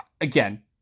again